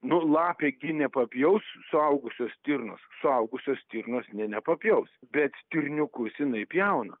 nu lapė gi nepapjaus suaugusios stirnos suaugusios stirnos ji nepapjaus bet stirniukus jinai pjauna